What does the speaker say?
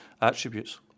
attributes